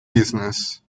business